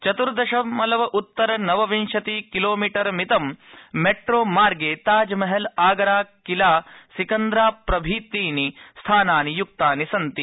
चतुर्दशमलव उत्तर नवविंशति किलोमीटरमितं मेट्रोमार्गे ताजमहल आगरा किला सिकन्द्राप्रभृतीनि स्थानानि युक्तानि सन्ति